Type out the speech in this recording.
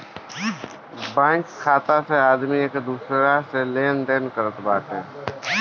bank खाता से आदमी एक दूसरा से लेनदेन करत बाटे